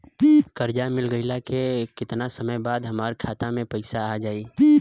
कर्जा मिल गईला के केतना समय बाद हमरा खाता मे पैसा आ जायी?